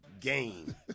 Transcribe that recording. game